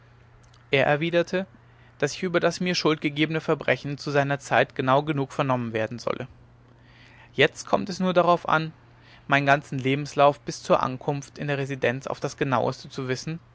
er erwiderte daß ich über das mir schuld gegebene verbrechen zu seiner zeit genau genug vernommen werden solle jetzt komme es nur darauf an meinen ganzen lebenslauf bis zur ankunft in der residenz auf das genaueste zu wissen